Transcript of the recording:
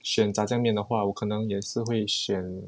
选炸酱面的话我可能也是会选